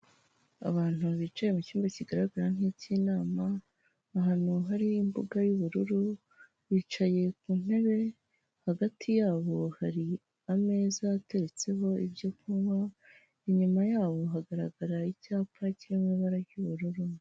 Abantu bicaye mu cyumba kigaragara nk'iy'inama ahantu hari imbuga y'ubururu bicaye ku ntebe hagati yabo hari ameza ateretseho ibyo kunywa inyuma yabo hagaragara icyapa kirimo ibara ry'ubururu.